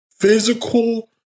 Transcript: physical